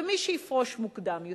ומי שיפרוש מוקדם יותר,